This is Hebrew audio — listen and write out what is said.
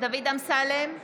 דוד אמסלם,